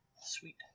Sweet